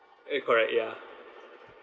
eh correct ya